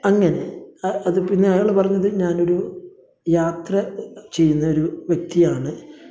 അങ്ങനെ അതിൽ പിന്നെ അയാൾ പറഞ്ഞതിൽ ഞാൻ ഒരു യാത്ര ചെയ്യുന്ന ഒരു വ്യക്തിയാണ്